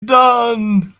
done